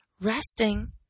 Resting